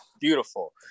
beautiful